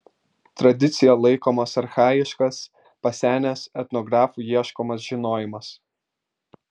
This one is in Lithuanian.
tradicija laikomas archajiškas pasenęs etnografų ieškomas žinojimas